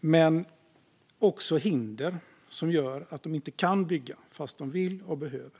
Men det finns också hinder som gör att de inte kan bygga, trots att de vill och behöver.